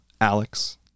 alex